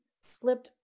slipped